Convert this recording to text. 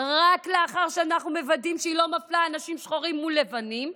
רק לאחר שאנחנו מוודאים שהיא לא מפלה אנשים שחורים מול לבנים.